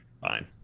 Fine